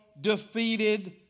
defeated